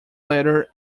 letter